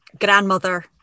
grandmother